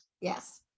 yes